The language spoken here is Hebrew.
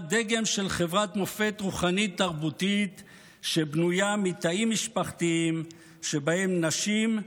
דגם של חברת מופת רוחנית-תרבותית שבנויה מתאים משפחתיים שבהם נשים,